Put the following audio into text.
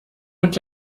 und